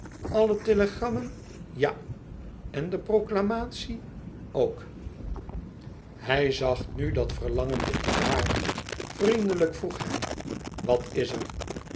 alle telegrammen ja en de proclamatie ook hij zag nu dat verlangende in haar vriendelijk vroeg hij wat is er